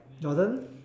Jordan